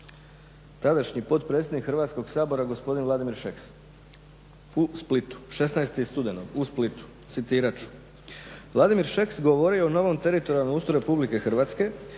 Tadašnji potpredsjednik Hrvatskog sabora gospodin Vladimir Šeks u Splitu, 16. studenog u Splitu, citirat ću. Vladimir Šeks govorio je o novom teritorijalnom ustroju Republike Hrvatske,